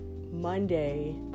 Monday